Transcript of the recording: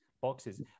boxes